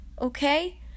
Okay